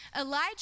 Elijah